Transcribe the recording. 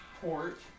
port